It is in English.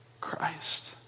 Christ